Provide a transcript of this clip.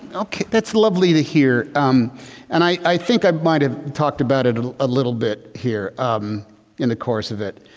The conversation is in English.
that's lovely to hear and i think i might have talked about it a ah little bit here um in the course of it.